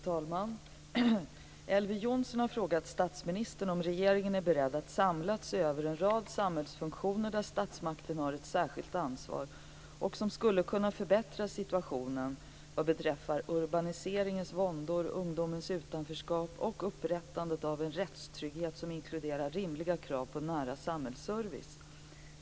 Fru talman! Elver Jonsson har frågat statsministern om regeringen är beredd att samlat se över en rad samhällsfunktioner där statsmakten har ett särskilt ansvar och som skulle kunna förbättra situationen vad beträffar urbaniseringens våndor, ungdomens utanförskap och upprättande av en rättstrygghet som inkluderar rimliga krav på nära samhällsservice.